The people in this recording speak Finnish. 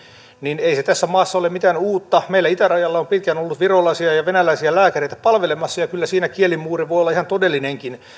niin ei se tässä maassa ole mitään uutta meillä itärajalla on pitkään ollut virolaisia ja venäläisiä lääkäreitä palvelemassa ja kyllä siinä kielimuuri voi olla ihan todellinenkin